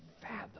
Fathom